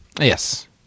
Yes